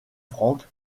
franck